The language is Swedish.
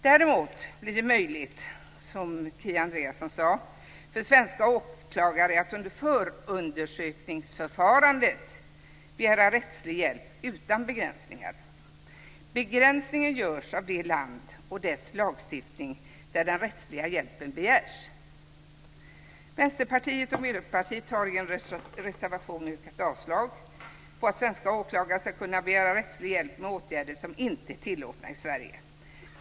Däremot blir det möjligt, som Kia Andreasson sade, för svenska åklagare att under förundersökningsförfarandet begära rättslig hjälp utan begränsningar. Begränsningen görs av lagstiftningen i det land där den rättsliga hjälpen begärs. Vänsterpartiet och Miljöpartiet har i en reservation yrkat avslag på att svenska åklagare ska kunna begära rättslig hjälp med åtgärder som inte är tillåtna i Sverige.